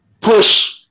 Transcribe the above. push